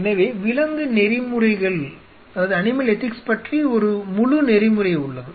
எனவே விலங்கு நெறிமுறைகள் பற்றி ஒரு முழு நெறிமுறை உள்ளது